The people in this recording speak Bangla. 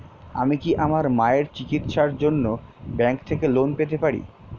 আমি কি আমার মায়ের চিকিত্সায়ের জন্য ব্যঙ্ক থেকে লোন পেতে পারি?